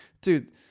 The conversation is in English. Dude